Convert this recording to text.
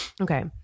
Okay